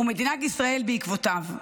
ומדינת ישראל בעקבותיו.